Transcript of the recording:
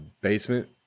basement